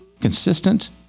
consistent